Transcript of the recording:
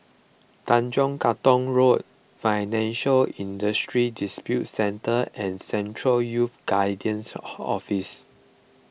Tanjong Katong Road Financial Industry Disputes Center and Central Youth Guidance Office